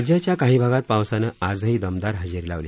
राज्याच्या काही भागात पावसानं आजही दमदार हजेरी लावली